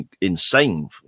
insane